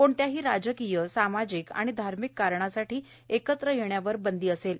कोणत्याही राजकीय सामाजिक आणि धार्मिक कारणांसाठी एकत्र येण्यावर बंदी असेल